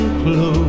close